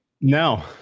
No